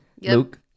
Luke